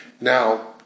Now